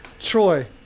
Troy